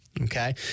Okay